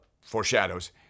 foreshadows